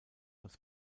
als